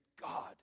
God